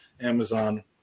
amazon